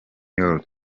york